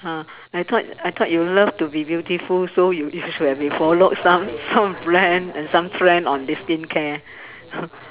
ha I thought I thought you love to be beautiful so you used where we followed some some brand and some trend on this skincare